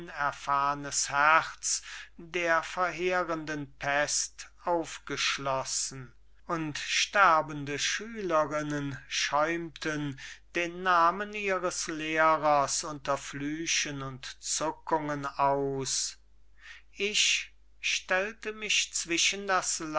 junges unerfahrenes herz der verheerenden pest aufgeschlossen und sterbende schülerinnen schäumten den namen ihres lehrers unter flüchen und zuckungen aus ich stellte mich zwischen das